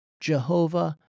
Jehovah